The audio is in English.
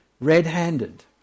red-handed